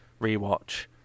rewatch